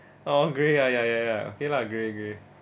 oh grey ya ya ya ya okay lah grey grey